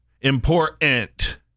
Important